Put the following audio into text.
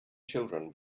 children